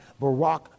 Barack